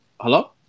Hello